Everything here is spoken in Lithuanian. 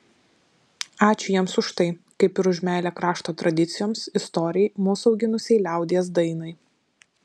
ačiū jiems už tai kaip ir už meilę krašto tradicijoms istorijai mus auginusiai liaudies dainai